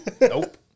Nope